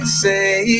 say